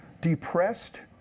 depressed